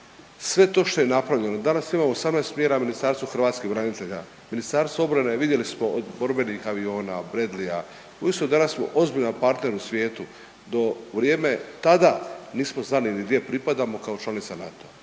Sve to što je napravljeno, danas imamo 18 mjera u Ministarstvu hrvatskih branitelja. Ministarstvo obrane vidjeli smo od borbenih aviona, Bradleya, uistinu danas smo ozbiljan partner u svijetu do vrijeme tada nismo znali ni gdje pripadamo kao članica NATO-a.